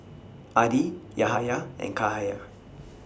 Adi Yahaya and Cahaya